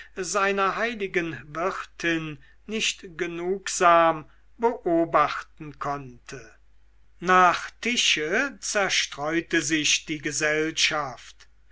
seiner heiligen wirtin nicht genugsam beobachten konnte nach tische zerstreute sich die gesellschaft